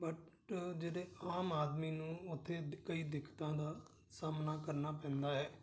but ਜਿਹੜੇ ਆਮ ਆਦਮੀ ਨੂੰ ਉੱਥੇ ਦ ਕਈ ਦਿੱਕਤਾਂ ਦਾ ਸਾਹਮਣਾ ਕਰਨਾ ਪੈਂਦਾ ਹੈ